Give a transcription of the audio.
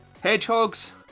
hedgehogs